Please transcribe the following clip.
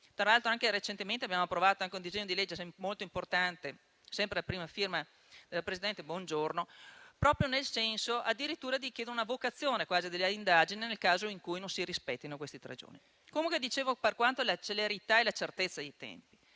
Tra l'altro recentemente abbiamo approvato anche un disegno di legge molto importante, sempre a prima firma della presidente Bongiorno, proprio nel senso addirittura di chiedere un'avocazione quasi delle indagini nel caso in cui non si rispettino questi tre giorni. Comunque, per quanto riguarda la celerità e la certezza dei tempi,